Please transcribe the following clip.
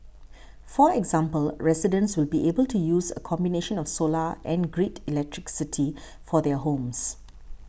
for example residents will be able to use a combination of solar and grid electricity for their homes